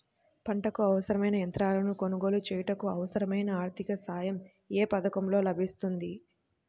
పంటకు అవసరమైన యంత్రాలను కొనగోలు చేయుటకు, అవసరమైన ఆర్థిక సాయం యే పథకంలో లభిస్తుంది?